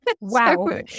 Wow